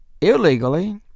illegally